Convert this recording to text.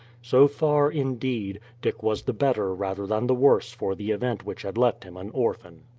so far, indeed, dick was the better rather than the worse for the event which had left him an orphan.